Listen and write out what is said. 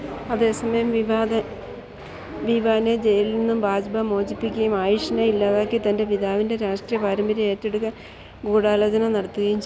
അതേസമയം വിവാനെ ജയിലിൽ നിന്ന് ബാജ്വ മോചിപ്പിക്കുകയും ആയുഷിനെ ഇല്ലാതാക്കി തന്റെ പിതാവിന്റെ രാഷ്ട്രീയ പാരമ്പര്യം ഏറ്റെടുക്കാൻ ഗൂഢാലോചന നടത്തുകയും ചെയ്യുന്നു